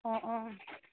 অঁ অঁ